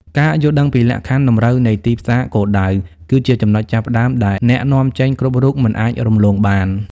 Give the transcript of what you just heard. ការយល់ដឹងពីលក្ខខណ្ឌតម្រូវនៃទីផ្សារគោលដៅ គឺជាចំណុចចាប់ផ្ដើមដែលអ្នកនាំចេញគ្រប់រូបមិនអាចរំលងបាន។